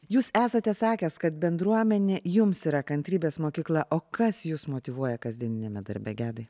jūs esate sakęs kad bendruomenė jums yra kantrybės mokykla o kas jus motyvuoja kasdieniniame darbe gedai